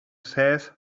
says